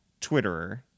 Twitterer